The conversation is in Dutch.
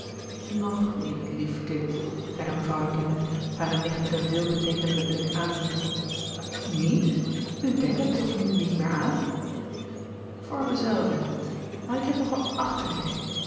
niet lief kind zeide mevrouw de tonnette hare nicht met een veelbeteekenenden blik aanziende gerard keller het testament van mevrouw de tonnette niet u denkt er toch nu niet meer aan voor me zelve niet maar ik heb nog een